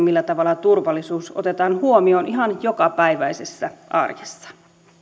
millä tavalla turvallisuus otetaan huomioon ihan jokapäiväisessä arjessa